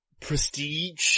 prestige